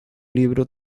libro